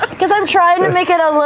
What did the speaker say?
um because i'm trying to make it